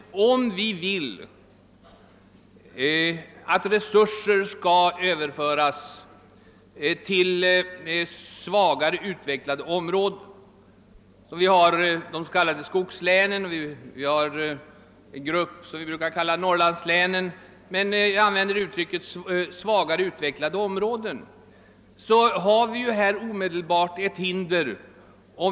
Om vi vill att resurser skall överföras till svagare utvecklade områden — de s.k. skogslänen och den grupp vi brukar kalla Norrlandslänen — stöter vi omedelbart på hinder om vi accepterar centerns linje.